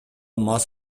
мас